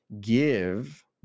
give